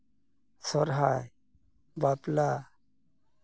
ᱥᱚᱨᱦᱟᱭ ᱵᱟᱯᱞᱟ